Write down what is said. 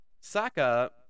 Saka